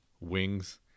wings